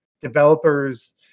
developers